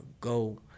go